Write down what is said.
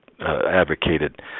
advocated